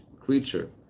creature